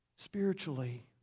spiritually